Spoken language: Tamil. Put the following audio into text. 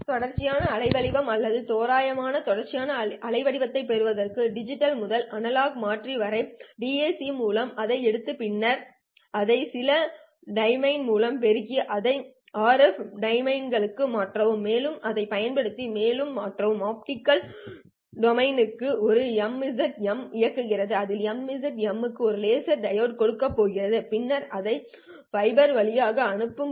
தொடர்ச்சியான அலைவடிவம் அல்லது தோராயமான தொடர்ச்சியான அலைவடிவத்தைப் பெறுவதற்கு டிஜிட்டல் முதல் அனலாக் மாற்றி வரை ஒரு DAC மூலம் அதை எடுத்து பின்னர் அதை சில டொமைன் மூலம் பெருக்கி அதை ஆர்எஃப் டொமைனுக்கு மாற்றவும் மேலும் அதைப் பயன்படுத்தி மேலும் மாற்றவும் ஆப்டிகல் டொமைனுக்கு ஒரு MZM இயங்குகிறது அதில் MZM க்கு நாம் லேசர் டையோடு கொடுக்கப் போகிறோம் பின்னர் அதை ஃபைபர் வழியாக அனுப்புவோம்